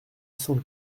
cent